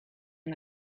and